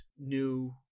new